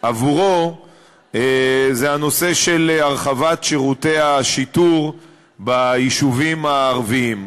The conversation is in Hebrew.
עבורו זה הנושא של הרחבת שירותי השיטור ביישובים הערביים.